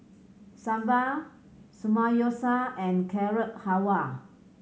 Sambar Samgeyopsal and Carrot Halwa